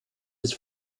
des